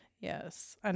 Yes